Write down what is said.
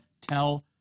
tell